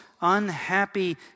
unhappy